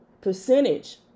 percentage